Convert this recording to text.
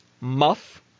Muff